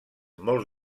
molts